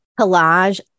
Collage